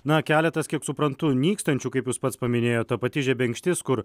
na keletas kiek suprantu nykstančių kaip jūs pats paminėjot ta pati žebenkštis kur